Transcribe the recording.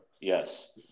Yes